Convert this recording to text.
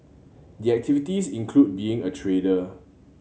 the activities include being a trader